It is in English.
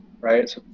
right